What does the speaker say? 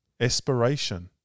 Aspiration